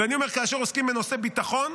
ואני אומר שכאשר עוסקים בנושא ביטחון,